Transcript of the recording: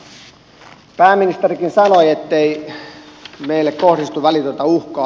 pääministerikin sanoi ettei meille kohdistu välitöntä uhkaa